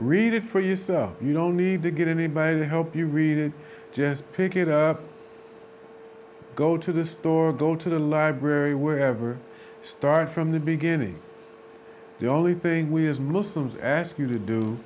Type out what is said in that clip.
read it for yourself you don't need to get anybody help you read it just pick it up go to the store go to the library were ever start from the beginning the only thing we as muslims ask you to do